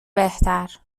بهتر